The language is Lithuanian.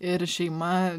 ir šeima